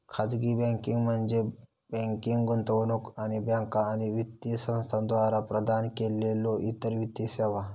खाजगी बँकिंग म्हणजे बँकिंग, गुंतवणूक आणि बँका आणि वित्तीय संस्थांद्वारा प्रदान केलेल्यो इतर वित्तीय सेवा